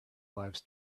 lives